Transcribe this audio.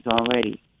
already